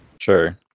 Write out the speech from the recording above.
Sure